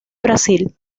brasil